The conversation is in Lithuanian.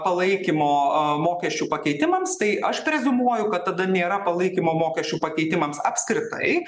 palaikymo mokesčių pakeitimams tai aš preziumuoju kad tada nėra palaikymo mokesčių pakeitimams apskritai